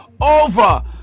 over